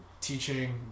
teaching